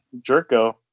Jerko